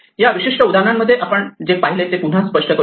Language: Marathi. या विशिष्ट उदाहरणांमध्ये आपण जे पाहिले ते पुन्हा स्पष्ट करूया